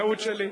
טעות שלי.